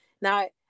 now